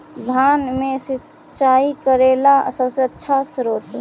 धान मे सिंचाई करे ला सबसे आछा स्त्रोत्र?